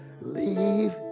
leave